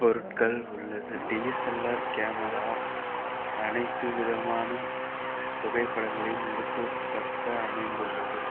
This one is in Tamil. பொருட்கள் உள்ளது டிஎஸ்எல்ஆர் கேமரா அனைத்து விதமான புகைப்படங்களையும் எடுக்கத்தக்க அமைந்துள்ளது